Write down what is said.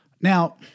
Now